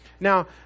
Now